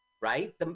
right